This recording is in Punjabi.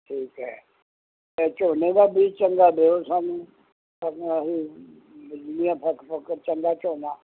ਠੀਕ ਹੈ ਅਤੇ ਝੋਨੇ ਦਾ ਬੀਜ ਚੰਗਾ ਦਿਓ ਸਾਨੂੰ ਚੰਗਾ ਝੋਨਾ